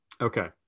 Okay